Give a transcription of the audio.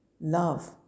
love